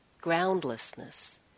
groundlessness